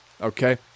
Okay